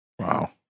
Wow